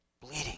bleeding